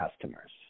customers